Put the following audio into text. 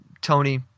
Tony